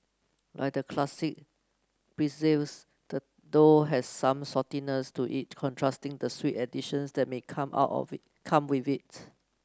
like the classic pretzels the dough has some saltiness to it contrasting the sweet additions that may come out of it come with it